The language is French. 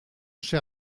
cher